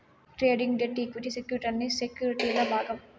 trading, debt, equity సెక్యుర్టీలన్నీ సెక్యుర్టీల్ల భాగం